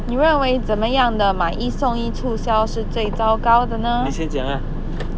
你认为怎么样的买一送一促销是最糟糕的呢